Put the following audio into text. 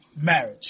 Marriage